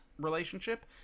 relationship